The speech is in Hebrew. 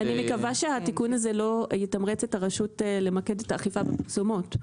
אני מקווה שהתיקון הזה לא יתמרץ את הרשות למקד את האכיפה בפרסומות.